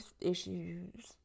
issues